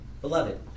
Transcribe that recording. beloved